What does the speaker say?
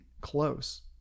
close